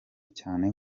cyane